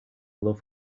love